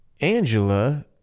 Angela